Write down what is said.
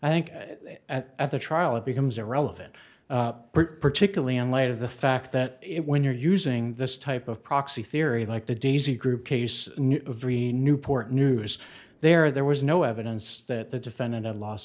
i think at the trial it becomes irrelevant particularly in light of the fact that it when you're using this type of proxy theory like the daisy group case very newport news there there was no evidence that the defendant had lost